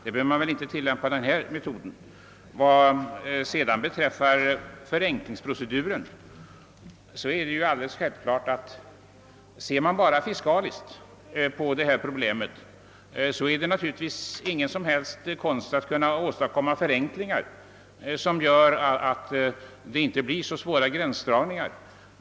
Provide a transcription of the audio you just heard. Det behöver man inte tillämpa den här metoden för. Beträffande förenklingsproceduren är det självklart, att om man bara ser fiskaliskt på detta problem, så är det ingen som helst konst att kunna åstadkomma förenklingar som gör att det inte blir så svåra gränsdragningar.